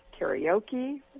karaoke